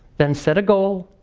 then set a goal,